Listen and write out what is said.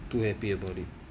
too happy about it